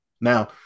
now